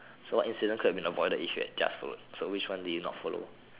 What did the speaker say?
so what incident could have been avoided if you have just followed so which one did you not follow